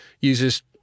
uses